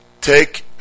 Take